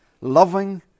loving